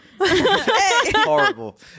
Horrible